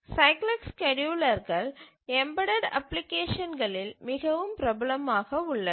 cyclic ஸ்கேட்யூலர்கள் embedded அப்ளிகேஷன்களில் மிகவும் பிரபலமாக உள்ளன